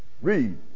Read